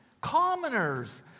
commoners